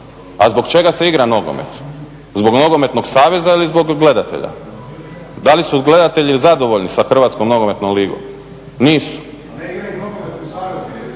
A zbog čega se igra nogomet? Zbog nogometnog saveza ili zbog gledatelja? Da li su gledatelji zadovoljni sa HNL-om? Nisu.